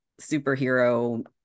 superhero